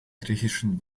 griechischen